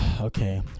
okay